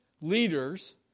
leaders